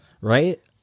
right